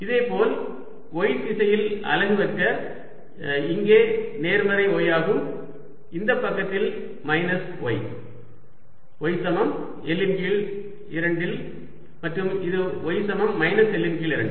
இதேபோல் y திசையில் அலகு வெக்டர் இங்கே நேர்மறை y ஆகும் இந்த பக்கத்தில் மைனஸ் y y சமம் L இன் கீழ் 2 இல் மற்றும் இது y சமம் மைனஸ் L இன் கீழ் 2 இல்